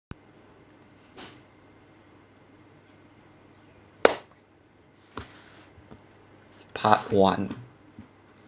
part one